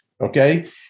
Okay